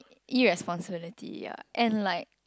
irresponsibility yeah and like